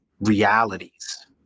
realities